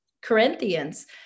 Corinthians